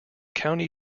county